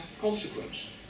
consequence